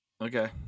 Okay